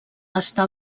està